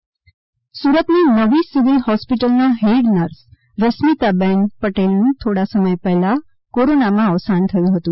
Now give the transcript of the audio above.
Surat C R Patil Surat ની નવી civil હોસ્પિટલના હેડ નર્સ રસમીતાબેન પટેલનું થોડા સમય પહેલા કોરોનામાં અવસાન થયું હતું